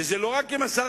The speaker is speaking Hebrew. וזה לא רק עם השרים,